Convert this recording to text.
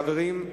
חברים,